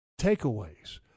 Takeaways